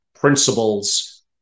principles